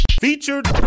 Featured